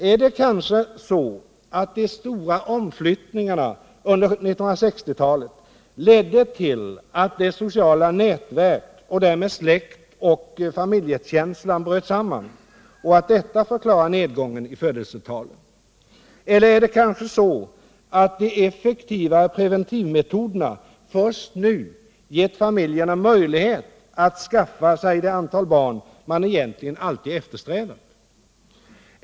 Är det kanske så, att de stora omflyttningarna under 1960-talet ledde till att det sociala nätverket och därmed släktoch familjekänslan bröt samman och att detta förklarar nedgången i födelsetalen? Eller är det kanske så, att de effektivare preventivmetoderna först nu givit familjerna möjlighet att skaffa sig det antal barn man egentligen alltid eftersträvat?